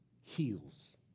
heals